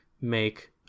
make